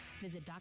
visit